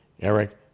Eric